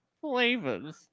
Flavors